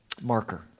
marker